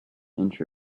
inch